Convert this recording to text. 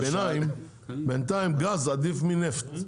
בינתיים, גז עדיף מנפט.